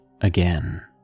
again